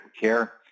care